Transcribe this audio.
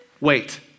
wait